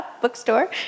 bookstore